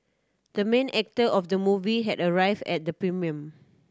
the main actor of the movie had arrived at the premiere